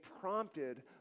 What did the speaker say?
prompted